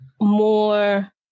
more